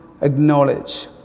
acknowledge